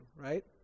right